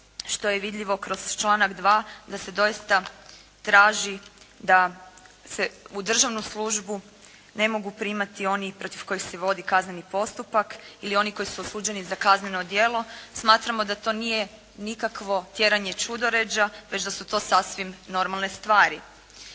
što je vidljivo kroz članak 2. da se doista traži da se u državnu službu ne mogu primati oni protiv kojih se vodi kazneni postupak ili oni koji su osuđeni za kazneno djelo. Smatramo da to nije nikakvo tjeranje ćudoređa već da su to sasvim normalne stvari.